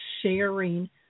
sharing